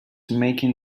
making